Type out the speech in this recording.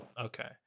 Okay